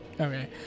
Okay